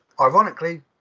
ironically